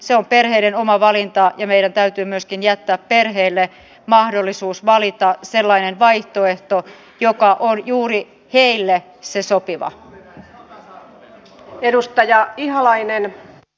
se on perheiden oma valinta ja meidän täytyy myöskin jättää perheille mahdollisuus valita sellainen vaihtoehto joka on juuri heille se sopiva